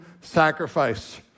sacrifice